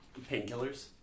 Painkillers